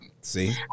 See